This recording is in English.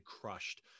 crushed